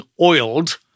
oiled